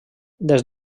des